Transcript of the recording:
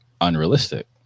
unrealistic